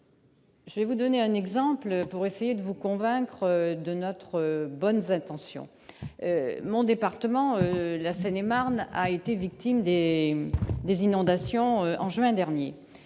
Je vais vous donner un exemple pour essayer de vous convaincre de nos bonnes intentions, mes chers collègues. La Seine-et-Marne a été victime d'inondations en juin dernier.